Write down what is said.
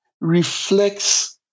reflects